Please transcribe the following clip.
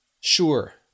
sure